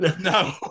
No